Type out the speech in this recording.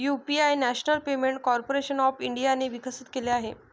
UPI national payment corporation of इंडियाने विकसित केले आहे